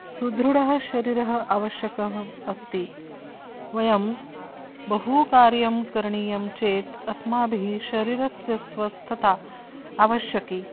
सुदृढः शरीरः आवश्यकः अस्ति वयं बहु कार्यं करणीयं चेत् अस्माभिः शरीरस्य स्वस्थता आवश्यकी